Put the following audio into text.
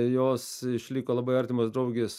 jos išliko labai artimos draugės